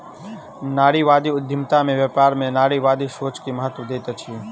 नारीवादी उद्यमिता में व्यापार में नारीवादी सोच के महत्त्व दैत अछि